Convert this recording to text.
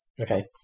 Okay